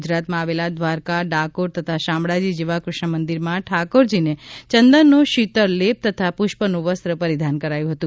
ગુજરાતમાં આવેલા દ્વારકાડાકોર તથા શામળાજી જેવા કૃષ્ણમંદિરમાં ઠાકોરજીને ચંદનનો શિતળલેપ તથા પુષ્પનું વસ્ત્ર પરિધાન કરાયું હતું